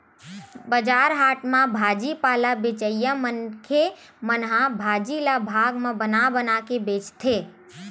बजार हाट म भाजी पाला बेचइया मनखे मन ह भाजी ल भाग म बना बना के बेचथे